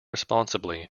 responsibly